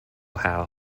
howe